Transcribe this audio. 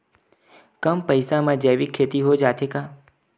कम पईसा मा जैविक खेती हो जाथे का?